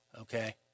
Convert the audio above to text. Okay